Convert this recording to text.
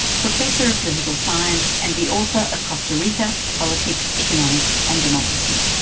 professor of political science and the author of costa rica politics, economics, and democracy.